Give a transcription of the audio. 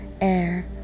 Air